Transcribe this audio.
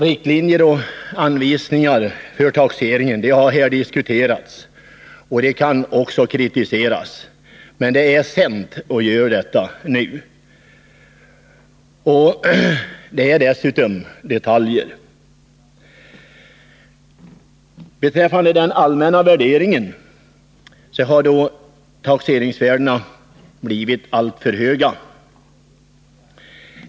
Riktlinjer och anvisningar för taxeringen har här diskuterats, och dessa kan också kritiseras. Men det är sent att göra detta nu. Det rör sig dessutom om detaljer. Beträffande den allmänna värderingen kan man säga att taxeringsvärdena har blivit alltför höga.